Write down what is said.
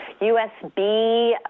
USB